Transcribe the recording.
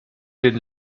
den